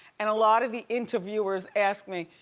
and a lot of the interviewers ask me,